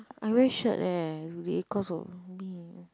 I wear shirt leh